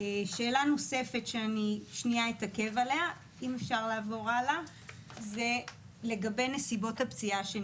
שאלה נוספת שאתעכב עליה היא לגבי נסיבות הפציעה.